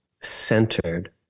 centered